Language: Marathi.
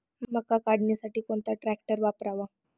मका काढणीसाठी कोणता ट्रॅक्टर वापरावा?